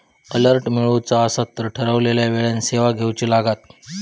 alert मिळवुचा असात तर ठरवलेल्या वेळेन सेवा घेउची लागात